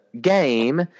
game